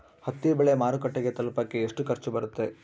ಹತ್ತಿ ಬೆಳೆ ಮಾರುಕಟ್ಟೆಗೆ ತಲುಪಕೆ ಎಷ್ಟು ಖರ್ಚು ಬರುತ್ತೆ?